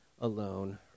alone